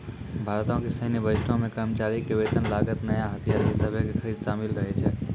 भारतो के सैन्य बजटो मे कर्मचारी के वेतन, लागत, नया हथियार इ सभे के खरीद शामिल रहै छै